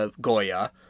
Goya